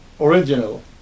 original